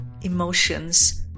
emotions